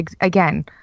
again